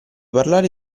parlare